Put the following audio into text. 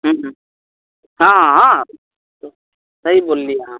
हूँ हूँ हॅं हॅं सही बोलली अहाँ